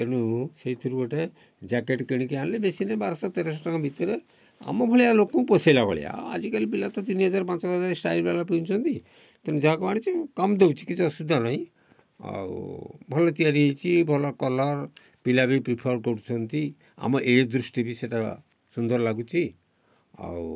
ତେଣୁ ସେଇଥିରୁ ଗୋଟେ ଜ୍ୟାକେଟ କିଣିକି ଆଣିଲି ବେଶି ନାହିଁ ବାରଶହ ତେରଶହ ଟଙ୍କା ଭିତରେ ଆମ ଭଳିଆ ଲୋକଙ୍କୁ ପୋଷାଇଲା ଭଳିଆ ଆଉ ଆଜିକାଲି ତ ପିଲା ତିନି ହଜାର ପାଞ୍ଚ ହଜାର ଷ୍ଟାଇଲ୍ ଵାଲା ପିନ୍ଧୁଛନ୍ତି ତେଣୁ ଯାହାକୁ ଆଣିଛି କାମ ଦେଉଛି କିଛି ଅସୁବିଧା ନାହିଁ ଆଉ ଭଲ ତିଆରି ହେଇଛି ଭଲ କଲର୍ ପିଲା ବି ପ୍ରିଫର୍ କରୁଛନ୍ତି ଆମ ଏଜ୍ ଦୃଷ୍ଟି ବି ସେଇଟା ସୁନ୍ଦର ଲାଗୁଛି ଆଉ